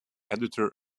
editor